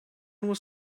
was